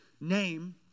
name